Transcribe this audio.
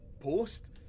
post